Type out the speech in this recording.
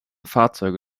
fahrzeuge